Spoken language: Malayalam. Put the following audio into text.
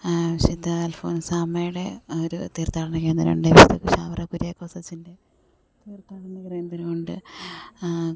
വിശുദ്ധ അൽഫോൻസാമ്മയുടെ ഒരു തീർത്ഥാടന കേന്ദ്രമുണ്ട് വിശുദ്ധ ചാവറ കുര്യാക്കോസച്ചൻ്റെ തീർത്ഥാടന കേന്ദ്രമുണ്ട്